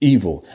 Evil